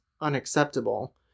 unacceptable